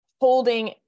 holding